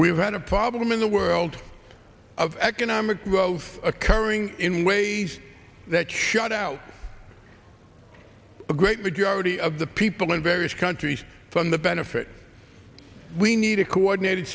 we've had a problem in the world of economic growth occurring in ways that shut out a great majority of the people in various countries from the benefit we need a coordinated